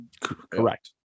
correct